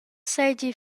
seigi